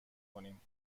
کنیم